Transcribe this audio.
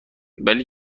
ولی